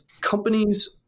companies